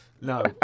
No